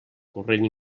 corrent